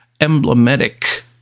emblematic